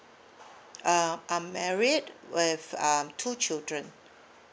uh I'm married with uh two children